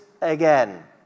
again